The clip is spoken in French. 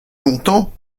longtemps